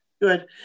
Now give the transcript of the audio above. good